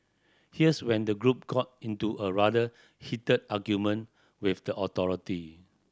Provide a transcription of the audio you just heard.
here's when the group got into a rather heated argument with the authority